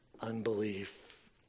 unbelief